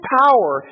power